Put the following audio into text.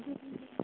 जी जी जी जी